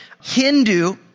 Hindu